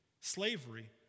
Slavery